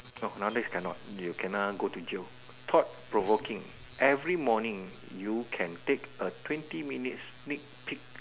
no nowadays cannot you kena go to jail thought provoking every morning you can take a twenty minute sneak peek